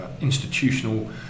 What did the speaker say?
institutional